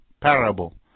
parable